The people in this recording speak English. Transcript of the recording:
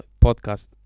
podcast